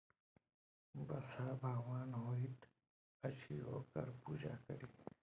बसहा भगवान होइत अछि ओकर पूजा करी